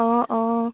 অঁ অঁ